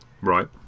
Right